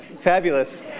fabulous